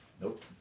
Nope